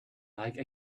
like